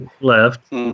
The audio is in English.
left